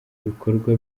bikorwa